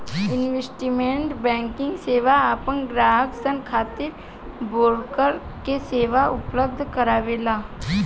investment banking सेवा आपन ग्राहक सन खातिर ब्रोकर के सेवा उपलब्ध करावेला